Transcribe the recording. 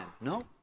No